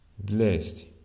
blessed